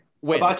Wait